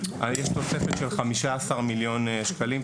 יש תוספת של 15 מיליון שקלים,